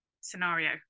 scenario